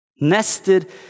Nested